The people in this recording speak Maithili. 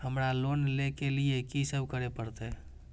हमरा लोन ले के लिए की सब करे परते?